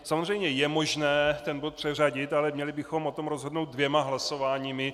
Samozřejmě je možné bod přeřadit, ale měli bychom o tom rozhodnout dvěma hlasováními.